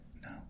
No